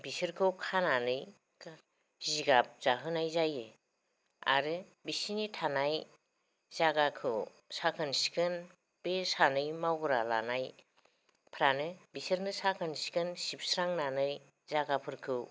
बिसोरखौ खानानै जिगाब जाहोनाय जायो आरो बिसोरनि थानाय जायगाखौ साखोन सिखोन बे सानै मावग्रा लानायफ्रानो बिसोरनो साखोन सिखोन सिबस्रानानै जायगाफोरखौ